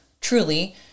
truly